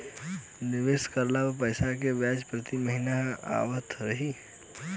निवेश करल पैसा के ब्याज प्रति महीना आवत रही?